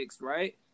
right